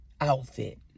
outfit